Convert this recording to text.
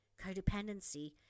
codependency